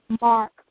Mark